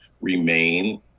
remain